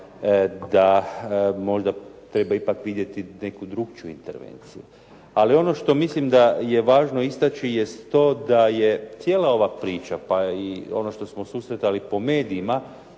da možda ipak treba vidjeti neku drukčiju intervenciju. Ali ono što mislim da je važno istaći jest to da je cijela ova priča pa i ono što smo susretali po medijima,